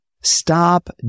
Stop